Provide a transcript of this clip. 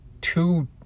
two